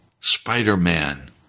spider-man